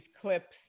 clips